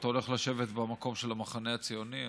אתה הולך לשבת במקום של המחנה הציוני,